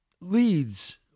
leads